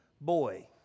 boy